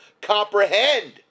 comprehend